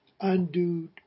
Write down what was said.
undue